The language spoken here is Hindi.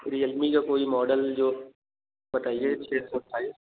रियलमी का कोई मॉडल जो बताइए अच्छे से फ़ाइव